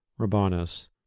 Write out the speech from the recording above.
Rabanus